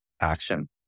action